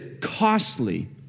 costly